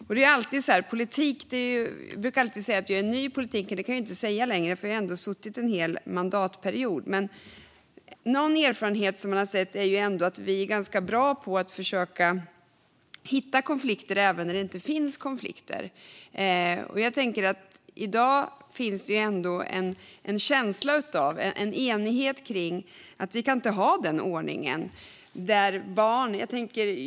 Jag brukar alltid säga att jag är ny i politiken, men det kan jag inte säga längre - jag har ändå suttit en hel mandatperiod. Något som jag har sett är att vi är ganska bra på att försöka hitta konflikter även när det inte finns konflikter. I dag finns det ändå en enighet om att vi inte kan ha en sådan här ordning.